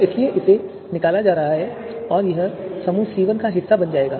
इसलिए इसे निकाला जा रहा है और यह पहले समूह C1 का हिस्सा बन जाएगा